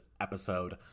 episode